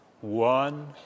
one